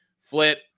flip